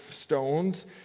stones